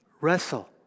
wrestle